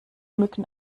mücken